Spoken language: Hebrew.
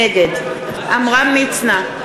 נגד עמרם מצנע,